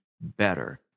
better